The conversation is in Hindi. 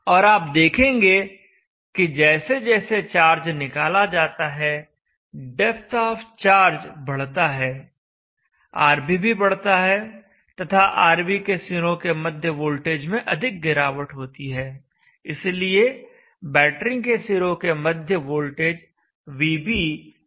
और आप देखेंगे कि जैसे जैसे चार्ज निकाला जाता है डेप्थ ऑफ़ चार्ज बढ़ता है RB भी बढ़ता है तथा RB के सिरों के मध्य वोल्टेज में अधिक गिरावट होती है इसलिए बैटरी के सिरों के मध्य वोल्टेज vb इस तरह गिरता है